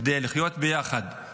כדי לחיות ביחד,